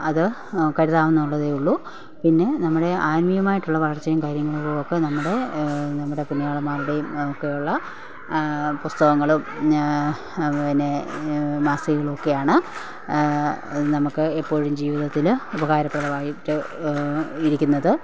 അത് കരുതാമെന്നുള്ളതെ ഉള്ളു പിന്നെ നമ്മുടെ ആത്മീയമായിട്ടുള്ള വളര്ച്ചയും കാര്യങ്ങളിലും ഒക്കെ നമ്മുടെ നമ്മുടെ പുണ്യാളന്മാരുടെയും ഒക്കെ ഉള്ള പുസ്തകങ്ങളും പിന്നെ മാസികകളും ഒക്കെയാണ് അത് നമുക്ക് എപ്പോഴും ജീവിതത്തില് ഉപകാരപ്രദവായിട്ട് ഇരിക്കുന്നത്